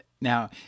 Now